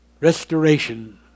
restoration